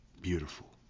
Beautiful